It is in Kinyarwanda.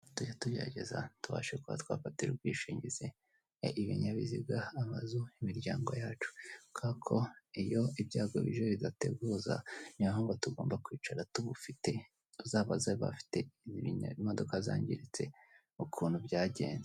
Tujye tugerageza tubashe kuba twafatira ubwishingizi ibinyabiziga, amazu, imiryango yacu kubera ko iyo ibyago bije bidateguza, niyo mpamvu tugomba kwicara tubufite, uzabaze bafite imodoka zangiritse ukuntu byagenze.